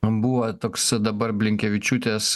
buvo toks dabar blinkevičiūtės